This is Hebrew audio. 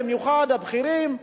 במיוחד הבכירים,